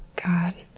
god,